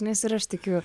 nes ir aš tikiu